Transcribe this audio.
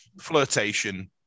flirtation